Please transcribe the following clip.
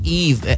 eve